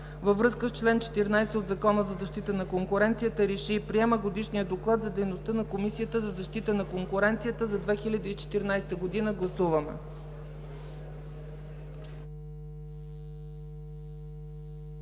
във връзка с чл. 14 от Закона за защита на конкуренцията РЕШИ: Приема Годишния доклад за дейността на Комисията за защита на конкуренцията за 2014 г.“ Гласуваме.